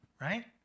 right